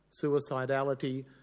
suicidality